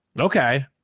okay